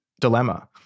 dilemma